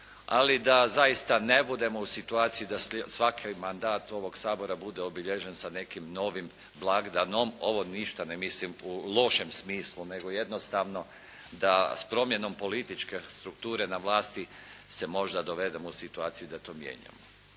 ali da zaista ne budemo u situaciji da svaki mandat ovog Sabora bude obilježen sa nekim novim blagdanom. Ovo ništa ne mislim u lošem smislu, nego jednostavno da s promjenom političke strukture na vlasti se možda dovedemo u situaciju da to mijenjamo.